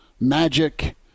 magic